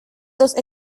dos